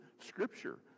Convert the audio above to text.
scripture